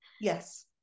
Yes